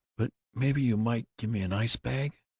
but maybe you might get me an ice-bag.